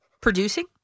producing